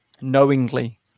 knowingly